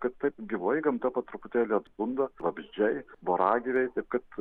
kad taip gyvoji gamta po truputį atbunda vabzdžiai voragyviai taip kad